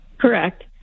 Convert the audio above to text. Correct